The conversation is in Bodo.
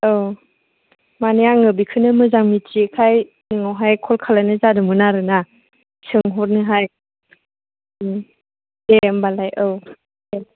औ माने आङो बेखौनो मोजां मिथियैखाय नोंनावहाय कल खालामनाय जादोंमोन आरो ना सोंहरनोहाय दे होनबालाय औ दे